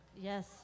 Yes